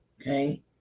Okay